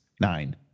Nine